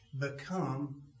become